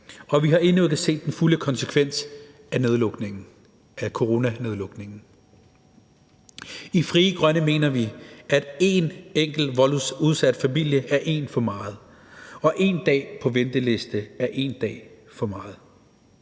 og vi har endnu ikke set den fulde konsekvens af coronanedlukningen. I Frie Grønne mener vi, at én enkelt voldsudsat familie er én for meget, og at én dag på venteliste er én dag for meget.